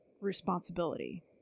responsibility